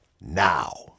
now